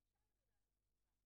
אם הסידי פור הממוצע